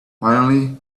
finally